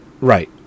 Right